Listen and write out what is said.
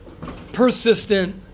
persistent